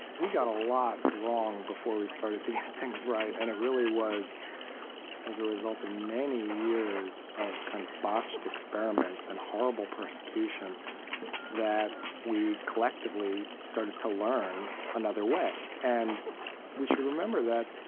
we got a lot wrong before we started to get things right. and it really was as a result of many years of of kind of botched experiments and horrible persecution that we collectively started to learn another way. and we should remember that,